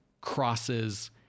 crosses